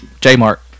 J-Mark